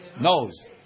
knows